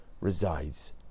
resides